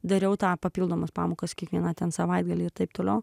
dariau tą papildomos pamokos kiekvieną ten savaitgalį ir taip toliau